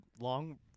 long